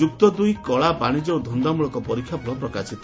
ଯୁକ୍ତ ଦୁଇ କଳା ବାଶିଜ୍ୟ ଓ ଧନ୍ଦାମୁଳକ ପରୀକ୍ଷା ଫଳ ପ୍ରକାଶିତ